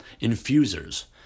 infusers